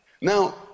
Now